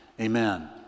Amen